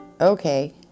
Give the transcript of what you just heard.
Okay